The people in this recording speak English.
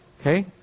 Okay